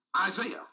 Isaiah